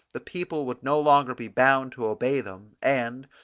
the people would no longer be bound to obey them, and,